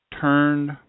turned